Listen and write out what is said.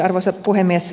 arvoisa puhemies